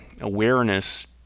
awareness